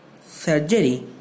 surgery